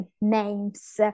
names